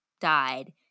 died